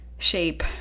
shape